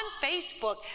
Facebook